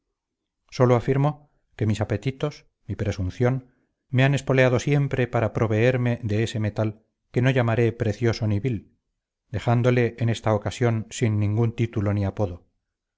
sólo afirmo que mis apetitos mi presunción me han espoleado siempre para proveerme de ese metal que no llamaré precioso ni vil dejándole en esta ocasión sin ningún título ni apodo